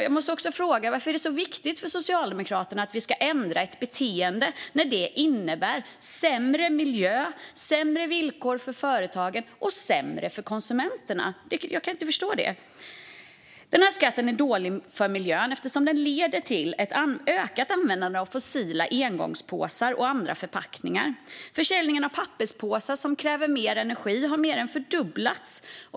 Jag måste också fråga varför det är så viktigt för Socialdemokraterna att ändra ett beteende när förändringen innebär sämre miljö, sämre villkor för företagen och att det blir sämre för konsumenterna. Jag kan inte förstå det. Den här skatten är dålig för miljön eftersom den leder till ett ökat användande av fossila engångspåsar och andra förpackningar. Försäljningen av papperspåsar, som kräver mer energi, har mer än fördubblats.